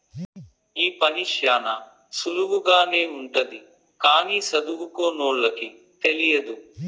ఈ పని శ్యానా సులువుగానే ఉంటది కానీ సదువుకోనోళ్ళకి తెలియదు